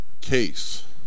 case